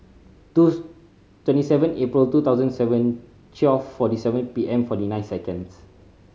two twenty seven April two thousand seven twelve forty seven P M forty nine seconds